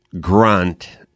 grunt